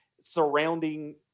surrounding